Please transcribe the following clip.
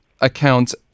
accounts